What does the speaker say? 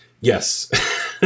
yes